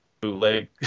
bootleg